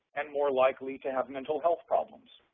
and more likely to have mental health problems.